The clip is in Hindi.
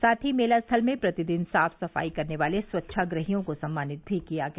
साथ ही मेला स्थल में प्रतिदिन साफ सफाई करने वाले स्वच्छाग्रहियों को सम्मानित भी किया गया